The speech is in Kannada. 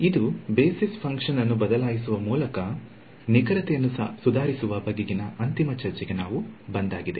ಇದು ಬೇಸಿಸ್ ಫಂಕ್ಷನ್ ಅನ್ನು ಬದಲಾಯಿಸುವ ಮೂಲಕ ನಿಖರತೆಯನ್ನು ಸುಧಾರಿಸುವ ಬಗೆಗಿನ ಅಂತಿಮ ಚರ್ಚೆಗೆ ನಾವು ಬಂದಾಗಿದೆ